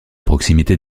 proximité